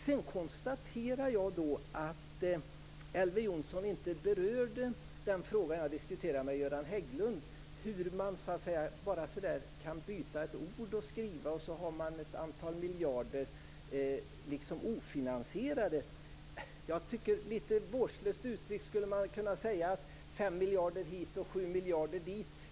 Sedan konstaterar jag att Elver Jonsson inte berörde den fråga jag diskuterade med Göran Hägglund, nämligen hur man bara kan byta ett ord i skrivningen och sedan ha ett antal miljarder liksom ofinansierade. Litet vårdslöst skulle man kunna säga att det är 5 miljarder hit och 7 miljarder dit.